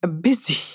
busy